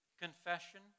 confession